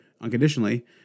unconditionally